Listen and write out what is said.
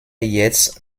jetzt